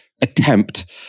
attempt